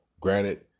granted